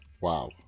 wow